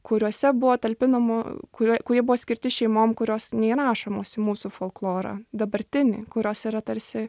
kuriose buvo talpinamų kurio kurie buvo skirti šeimom kurios neįrašomos į mūsų folklorą dabartinį kurios yra tarsi